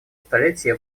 столетия